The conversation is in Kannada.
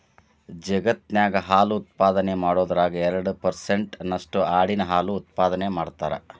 ಜಗತ್ತಿನ್ಯಾಗ ಹಾಲು ಉತ್ಪಾದನೆ ಮಾಡೋದ್ರಾಗ ಎರಡ್ ಪರ್ಸೆಂಟ್ ನಷ್ಟು ಆಡಿನ ಹಾಲು ಉತ್ಪಾದನೆ ಮಾಡ್ತಾರ